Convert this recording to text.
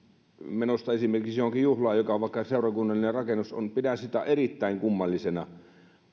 menosta esimerkiksi johonkin juhlaan joka on vaikka seurakunnallisessa rakennuksessa erittäin kummallisena